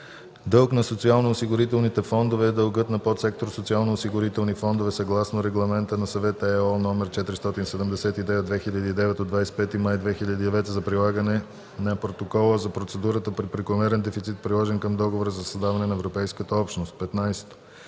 „Дълг на социалноосигурителните фондове“ е дългът на подсектор „Социалноосигурителни фондове” съгласно Регламент на Съвета (ЕО) № 479/2009 от 25 май 2009 г. за прилагане на Протокола за процедурата при прекомерен дефицит, приложен към Договора за създаване на Европейската общност. 15.